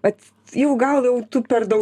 vat jau gal jau tu per daug